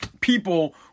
people